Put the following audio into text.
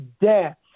death